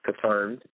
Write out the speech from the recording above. Confirmed